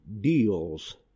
deals